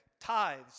tithes